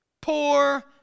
poor